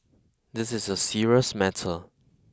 this is a serious matter